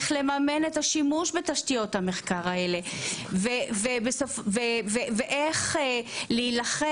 איך לממן את השימוש בתשתיות המחקר האלה ואיך להילחם